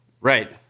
Right